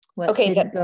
okay